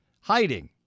hiding